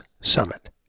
Summit